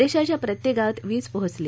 देशाच्या प्रत्येक गावात वीज पोहोचली